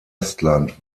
estland